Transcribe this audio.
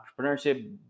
entrepreneurship